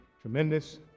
tremendous